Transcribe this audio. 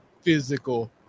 physical